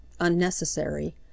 unnecessary